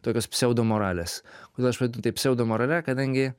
tokios pseudo moralės kodėl aš vadinu tai pseudo morale kadangi